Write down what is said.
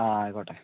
ആ ആയിക്കോട്ടെ